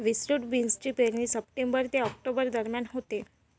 विस्तृत बीन्सची पेरणी सप्टेंबर ते ऑक्टोबर दरम्यान होते